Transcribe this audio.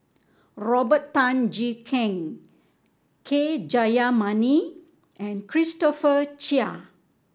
Robert Tan Jee Keng K Jayamani and Christopher Chia